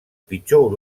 pitjor